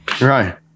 Right